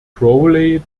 crowley